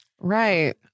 right